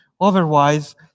Otherwise